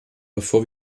bevor